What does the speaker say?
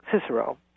Cicero